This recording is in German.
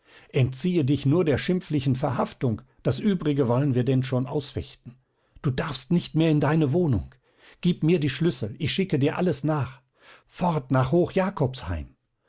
entziehe dich nur der schimpflichen verhaftung das übrige wollen wir denn schon ausfechten du darfst nicht mehr in deine wohnung gib mir die schlüssel ich schicke dir alles nach fort nach